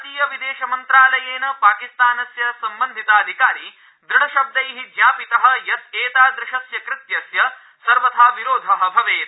भारतीय विदेशमन्त्रालयेन पाकिस्तानस्य सम्बन्धिताधिकारी दृढ़शब्दै ज्ञापित यत् एतादृशस्य कृत्यस्य सर्वथा विरोध कर्त्तव्य